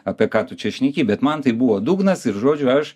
apie ką tu čia šneki bet man tai buvo dugnas ir žodžiu aš